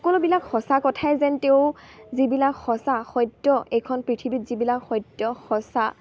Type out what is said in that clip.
সকলোবিলাক সঁচা কথাই যেন তেওঁ যিবিলাক সঁচা সত্য এইখন পৃথিৱীত যিবিলাক সত্য সঁচা